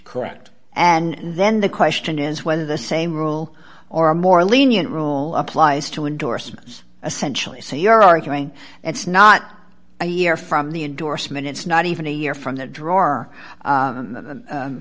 correct and then the question is whether the same rule or a more lenient rule applies to endorsements essentially so you're arguing it's not a year from the indorsement it's not even a year from the drawer